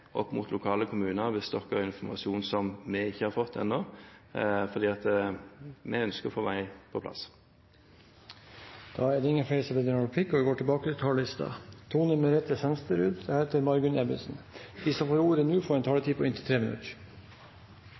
opp mot lokale kommuner hvis de har informasjon som vi ikke har fått ennå, for vi ønsker å få vei på plass. Replikkordskiftet er omme. De talere som